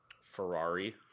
Ferrari